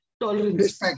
tolerance